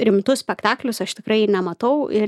rimtus spektaklius aš tikrai nematau ir